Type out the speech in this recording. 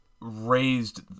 raised